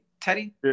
Teddy